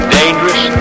dangerous